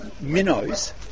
minnows